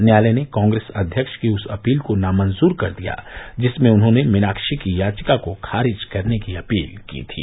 न्यायालय ने कांग्रेस अध्यक्ष की उस अपील को नामंजूर कर दिया जिसमें उन्होंने मीनाक्षी की याचिका को खारिज करने की अपील की थी